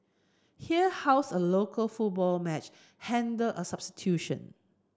here how's a local football match handled a substitution